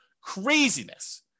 Craziness